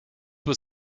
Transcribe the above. was